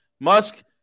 Musk